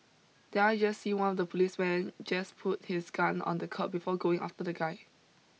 did I just see one of the policemen just put his gun on the curb before going after the guy